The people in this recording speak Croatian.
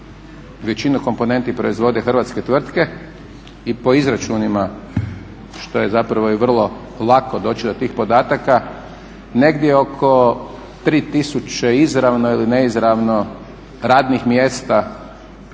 većinu komponenti proizvode hrvatske tvrtke i po izračunima što je zapravo i vrlo lako doći do tih podataka, negdje oko 3000 izravno ili neizravno radnih mjesta, neću